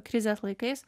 krizės laikais